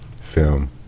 film